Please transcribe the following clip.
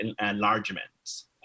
enlargements